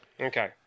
Okay